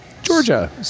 Georgia